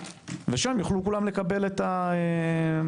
ושם יוכלו כולם לקבל את השירות.